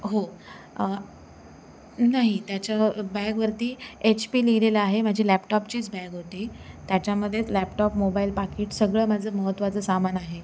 हो नाही त्याच्या बॅगवरती एच पी लिहिलेलं आहे माझी लॅपटॉपचीच बॅग होती त्याच्यामध्येच लॅपटॉप मोबाईल पाकीट सगळं माझं महत्त्वाचं सामान आहे